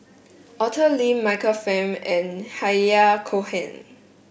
Arthur Lim Michael Fam and Han Yahya Cohen